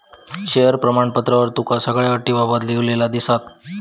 share प्रमाणपत्रावर तुका सगळ्यो अटींबाबत लिव्हलेला दिसात